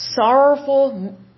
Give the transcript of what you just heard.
sorrowful